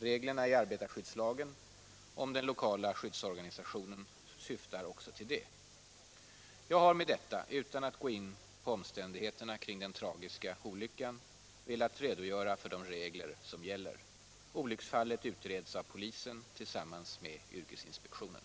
Reglerna i arbetarskyddslagen om den lokala skyddsorganisationen syftar också härtill. Jag har med detta — utan att gå in på omständigheterna kring den tragiska olyckan — velat redogöra för de regler som gäller. Olycksfallet utreds av polisen tillsammans med yrkesinspektionen.